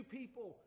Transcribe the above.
people